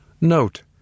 Note